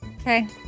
okay